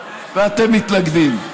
ואתם מתנגדים.